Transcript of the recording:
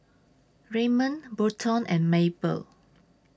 Raymond Burton and Mabel